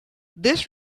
this